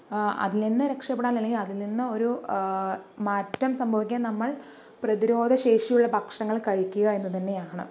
അതിൽ നിന്ന് രക്ഷപ്പെടാൻ അല്ലെങ്കിൽ അതിൽ നിന്ന് ഒരു മാറ്റം സംഭവിക്കാൻ നമ്മൾ പ്രതിരോധ ശേഷിയുള്ള ഭക്ഷണങ്ങൾ കഴിക്കുക എന്നു തന്നെയാണ്